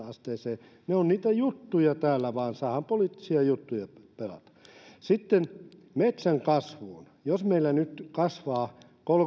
asteeseen ne ovat niitä juttuja täällä vain saadaan poliittisia juttuja pelata sitten metsän kasvuun jos meillä nyt metsät kasvavat